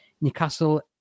Newcastle